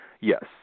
yes